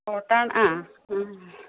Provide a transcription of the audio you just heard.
auto ആ ആ